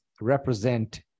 represent